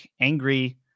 angry